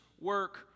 work